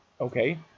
Okay